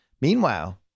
Meanwhile